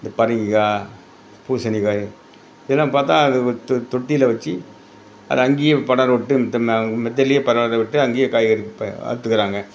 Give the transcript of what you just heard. இந்த பரங்கிக்காய் பூசணிக்காய் இதெல்லாம் பார்த்தா அது தொ தொட்டியில் வச்சு அது அங்கேயே படர விட்டு இத்தனை நாள் மெத்தையிலேயே படர விட்டு அங்கேயே காய்கறி இப்போ வளர்த்துக்குறாங்க